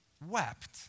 wept